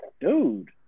dude